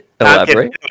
Elaborate